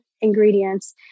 ingredients